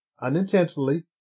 unintentionally